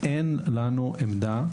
אין לנו עמדה.